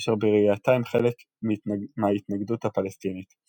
אשר בראייתה הם חלק מההתנגדות הפלסטינית.